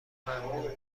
ممنوع